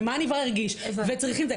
ומה הנפגע הרגיש וצריך את זה.